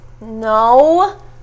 No